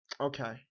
okay